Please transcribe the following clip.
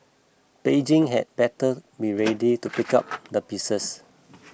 Beijing had better be ready to pick up the pieces